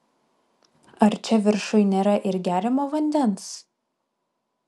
ar čia viršuj nėra ir geriamo vandens